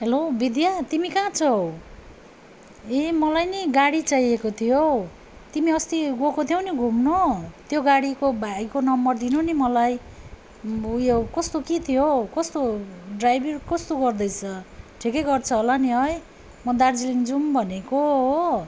hello Vidya तिमी कहाँ छौ ए मलाई नि गाडी चाहिएको थियो हौ तिमी अस्ति गएको थियौ नि घुम्न त्यो गाडीको भाइको नम्बर दिनु नि मलाई उयो कस्तो के थियो हौ कस्तो ड्राइभहरू कस्तो गर्दैछ ठिकै गर्छ होला नि है म दार्जिलिङ जाउँ भनेको हो